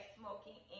smoking